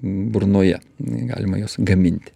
burnoje galima juos gaminti